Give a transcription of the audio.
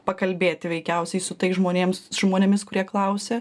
pakalbėti veikiausiai su tais žmonėms žmonėmis kurie klausia